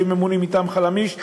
שממונים מטעם "חלמיש",